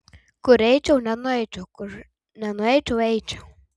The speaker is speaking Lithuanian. kur eičiau nenueičiau kur nenueičiau eičiau